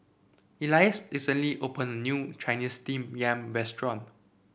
Elias recently opened a new Chinese Steamed Yam restaurant